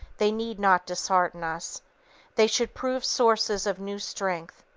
they need not dishearten us they should prove sources of new strength.